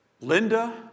Linda